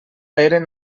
eren